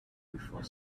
before